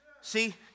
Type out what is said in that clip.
see